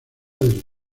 del